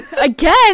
Again